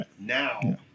now